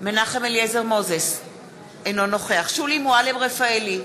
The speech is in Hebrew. אינו נוכח שולי מועלם-רפאלי,